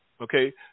okay